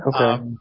Okay